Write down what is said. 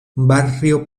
barrio